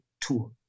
tour